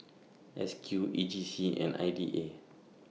S Q E J C and I D A